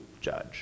judge